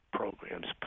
programs